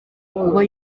kuba